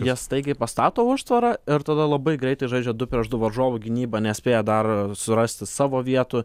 jie staigiai pastato užtvarą ir tada labai greitai žaidžia du prieš du varžovų gynyba nespėja dar surasti savo vietų